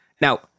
Now